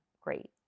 great